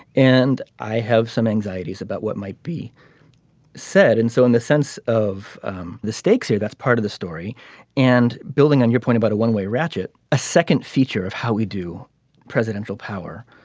and i have some anxieties about what might be said and so in the sense of um the stakes here that's part of the story and building on your point about a one way ratchet. a second feature of how we do presidential power